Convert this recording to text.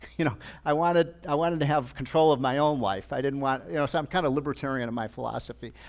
you know i wanted i wanted to have control of my own life. i didn't want. you know so i'm kind of libertarian in my philosophy,